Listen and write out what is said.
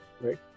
right